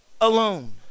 alone